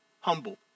humble